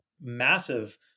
massive